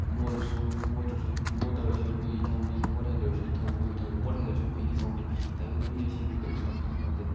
ꯃꯣꯠꯂꯁꯨ ꯃꯣꯠꯇ꯭ꯔꯁꯨ ꯃꯣꯠ ꯇꯧꯔꯁꯨ ꯑꯩꯈꯣꯏ ꯏꯊꯧꯅꯤ ꯃꯣꯠꯍꯟꯗ꯭ꯔꯁꯨ ꯏꯊꯧ ꯑꯩꯈꯣꯏ ꯏꯊꯧ ꯑꯗꯨꯝ ꯃꯣꯠꯍꯜꯂꯁꯨ ꯑꯩꯈꯣꯏ ꯏꯊꯧꯅꯤ ꯇꯥꯏꯕꯪ ꯃꯤ ꯑꯁꯤꯒꯤ ꯂꯣꯏꯅ ꯃꯊꯧ ꯉꯥꯛꯇꯅꯤ